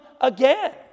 again